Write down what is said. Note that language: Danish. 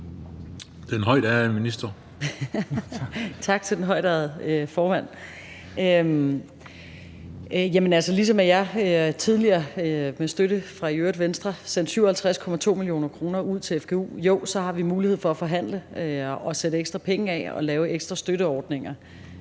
Rosenkrantz-Theil): Tak til den højtærede formand. Ligesom jeg tidligere i øvrigt med støtte fra Venstre sendte 57,2 mio. kr. ud til fgu, jo, så har vi mulighed for at forhandle og sætte ekstra penge af og lave ekstra støtteordninger.